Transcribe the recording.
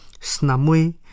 snamui